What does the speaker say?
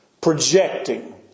Projecting